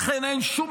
לכן, אין שום